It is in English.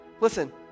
listen